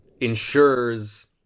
ensures